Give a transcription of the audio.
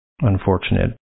unfortunate